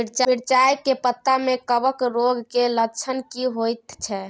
मिर्चाय के पत्ता में कवक रोग के लक्षण की होयत छै?